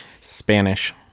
Spanish